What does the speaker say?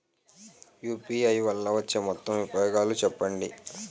UPI వల్ల వచ్చే మొత్తం ఉపయోగాలు చెప్పండి?